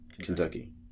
Kentucky